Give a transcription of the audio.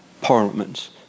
parliaments